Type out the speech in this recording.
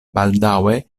baldaŭe